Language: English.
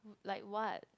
like what